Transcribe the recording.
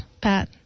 Pat